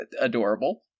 Adorable